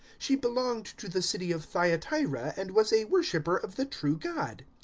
she belonged to the city of thyateira, and was a worshipper of the true god.